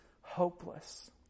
hopeless